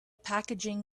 packaging